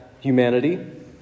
humanity